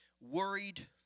worried